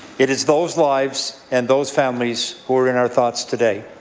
it is those lives and those families who are in our thoughts today.